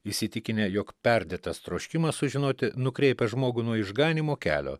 įsitikinę jog perdėtas troškimas sužinoti nukreipia žmogų nuo išganymo kelio